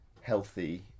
healthy